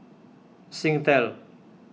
Singtel